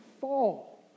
fall